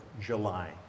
July